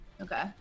okay